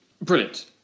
Brilliant